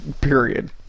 Period